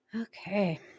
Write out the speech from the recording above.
Okay